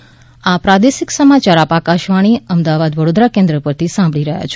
corona સંદેશ આ પ્રાદેશિક સમાચાર આપ આકાશવાણીના અમદાવાદ વડોદરા કેન્દ્ર પરથી સાંભળી રહ્યા છે